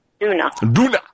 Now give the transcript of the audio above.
Duna